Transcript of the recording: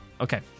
Okay